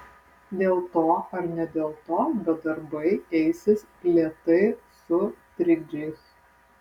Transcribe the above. dėl to ar ne dėl to bet darbai eisis lėtai su trikdžiais